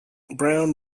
brown